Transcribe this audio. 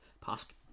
past